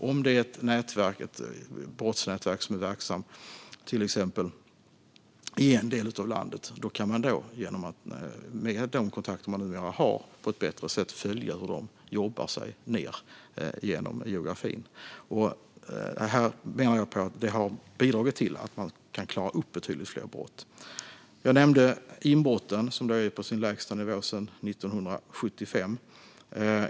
Om man ser att ett brottsnätverk är verksamt till exempel i en del av landet kan man, med de kontakter man numera har, på ett bättre sätt följa hur de jobbar sig ned genom geografin. Jag menar att detta har bidragit till att betydligt fler brott klaras upp. Jag nämnde inbrotten, som ligger på sin lägsta nivå sedan 1975.